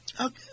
okay